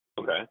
Okay